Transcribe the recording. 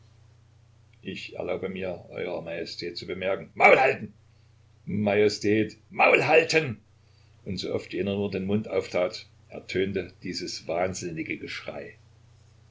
ich erlaube mir eurer majestät zu bemerken maul halten majestät maul halten und so oft jener nur den mund auftat ertönte dieses wahnsinnige geschrei